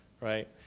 right